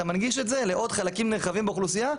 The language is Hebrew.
אתה מנגיש את זה לעוד חלקים נרחבים באוכלוסייה שכן,